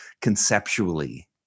conceptually